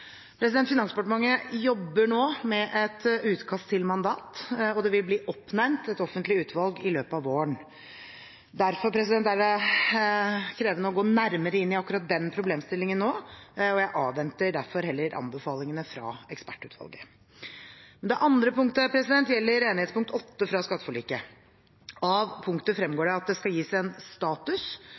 Finansdepartementet jobber nå med et utkast til mandat, og det vil bli oppnevnt et offentlig utvalg i løpet av våren. Derfor er det krevende å gå nærmere inn i akkurat den problemstillingen nå, og jeg avventer derfor heller anbefalingene fra ekspertutvalget. Det andre punktet gjelder enighetspunkt 8 fra skatteforliket. Av punktet fremgår det at det skal gis en status